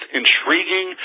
intriguing